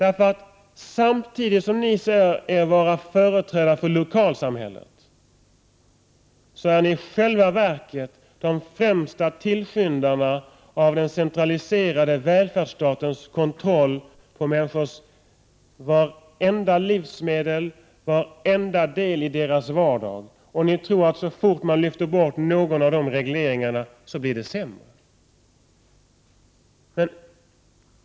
Samtidigt som ni säger er vara företrädare för lokalsamhället är ni ju i själva verket de främsta tillskyndarna av den centraliserade välfärdsstatens kontroll av vartenda livsmedel och varenda del i människors vardag. Ni tror att så fort man tar bort någon reglering blir det sämre.